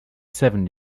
seven